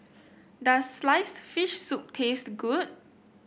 does sliced fish soup taste good